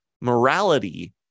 morality